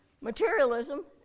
materialism